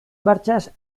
marchas